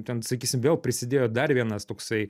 ten sakysim vėl prisidėjo dar vienas toksai